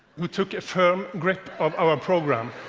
who took a firm grip of our program,